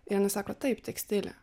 ir jinai sako taip tekstilę